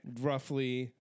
Roughly